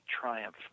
triumph